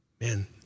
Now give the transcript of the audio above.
man